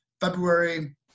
February